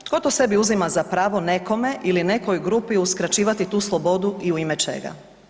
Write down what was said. Tko to sebi uzima za pravo nekome ili nekoj grupi uskraćivati tu slobodu i u ime čega?